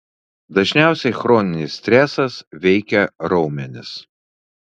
dažniausiai chroninis stresas veikia raumenis